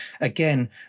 again